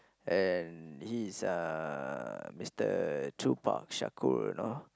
and he is uh Mister Tupac Shakur lah